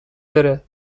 برد